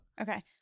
Okay